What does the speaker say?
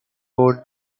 roads